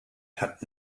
had